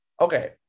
Okay